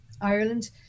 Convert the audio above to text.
Ireland